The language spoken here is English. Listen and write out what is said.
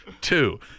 two